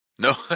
No